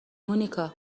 مونیکا